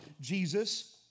Jesus